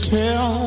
tell